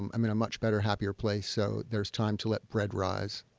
i'm in a much better, happier place, so there's time to let bread rise